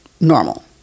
normal